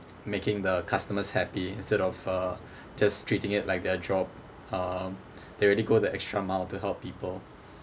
making the customers happy instead of uh just treating it like their job um they really go the extra mile to help people